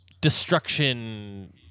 destruction